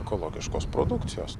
ekologiškos produkcijos